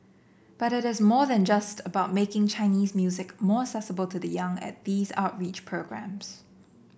but it is more than just about making Chinese music more accessible to the young at these outreach programmes